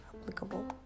applicable